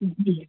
जी